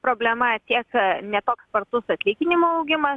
problema tiek ne toks spartus atlyginimų augimas